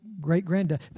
great-granddad